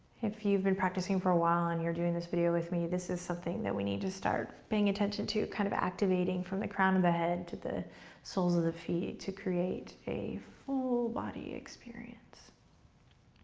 if you'e been practicing for a while and you're doing this video with me, this is something that we need to start paying attention to. kind of activating from the crown of the head to the soles of the feet to create a full body experience.